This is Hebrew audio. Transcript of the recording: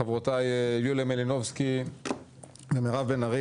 חברותיי יוליה מלינובסקי ומירב בן ארי,